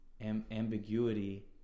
ambiguity